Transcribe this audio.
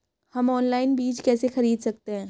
हम ऑनलाइन बीज कैसे खरीद सकते हैं?